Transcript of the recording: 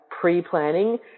pre-planning